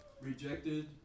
rejected